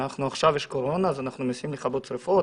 עכשיו יש קורונה אז אנחנו מנסים לכבות שריפות,